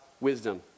wisdom